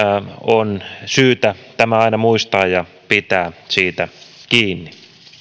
on syytä tämä aina muistaa ja pitää siitä kiinni